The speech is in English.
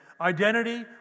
identity